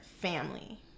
family